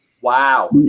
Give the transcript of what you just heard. Wow